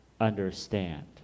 understand